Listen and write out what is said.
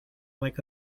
like